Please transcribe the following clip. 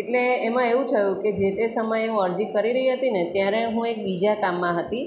એટલે એમાં થયું કે જે તે સમયે હું અરજી કરી રહી હતીને ત્યારે હું એક બીજા કામમાં હતી